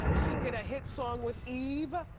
um she did a hit song with eve.